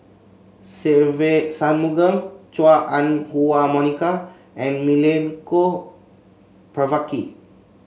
Se Ve Shanmugam Chua Ah Huwa Monica and Milenko Prvacki